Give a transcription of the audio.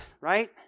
right